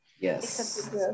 yes